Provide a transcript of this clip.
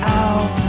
out